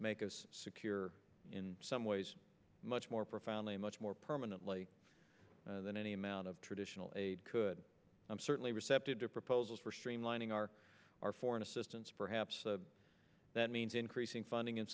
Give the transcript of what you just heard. make us secure in some ways much more profoundly much more permanently than any amount of traditional a could i'm certain receptive to proposals for streamlining our our foreign assistance perhaps that means increasing funding in